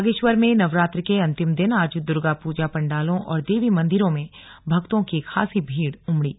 बागेश्वर में नवरात्र के अंतिम दिन आज दुर्गा पूजा पंडालों और देवी मंदिरों में भक्तों की खासी भीड़ उमड़ी